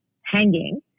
hanging